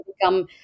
become